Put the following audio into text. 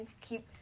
keep